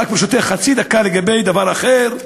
ברשותך, חצי דקה לגבי דבר אחר.